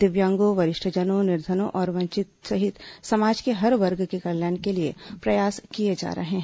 दिव्यांगों वरिष्ठजनों निर्धनों और वंचितों सहित समाज के हर वर्ग के कल्याण के लिए प्रयास किए जा रहे हैं